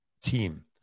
team